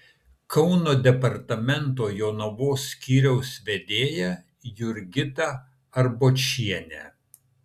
kauno departamento jonavos skyriaus vedėja jurgita arbočienė